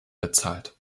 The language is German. bezahlt